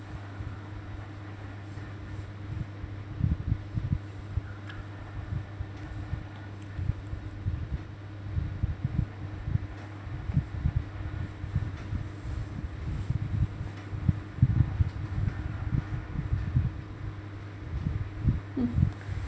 mm